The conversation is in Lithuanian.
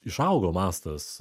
išaugo mastas